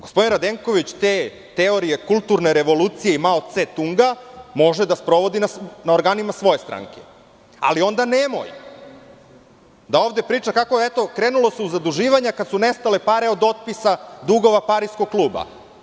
Gospodin Radenković te teorije kulturne revolucije Mao Ce Tunga može da sprovodi na organima svoje stranke, ali onda nemoj da ovde priča kako se eto krenulo u zaduživanja kada su nestale pare od otpisa dugova Pariskog kluba.